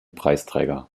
preisträger